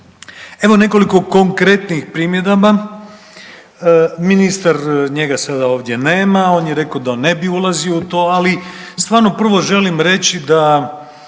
Evo nekoliko konkretnih primjedaba. Ministar, njega sada ovdje nema, on je rekao da on ne bi ulazio u to, ali stvarno prvo želim reći da